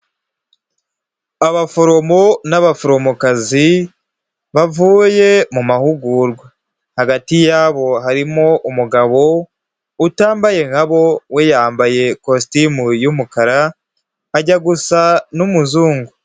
Abaforomo n'abaforomokazi bavuye mu mahugurwa, hagati yabo harimo umugabo utambaye nka bo, we yambaye ikositimu y'umukara ajya gusa n'umuzungu.